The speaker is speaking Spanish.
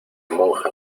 monja